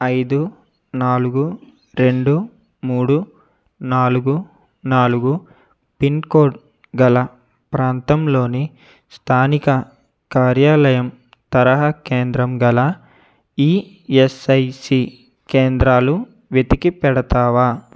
ఐదు నాలుగు రెండు మూడు నాలుగు నాలుగు పిన్కోడ్ గల ప్రాంతంలోని స్థానిక కార్యాలయం తరహా కేంద్రం గల ఈఎస్ఐసీ కేంద్రాలు వెతికి పెడతావా